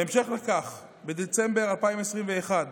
בהמשך לכך, בדצמבר 2021,